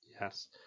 Yes